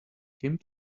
came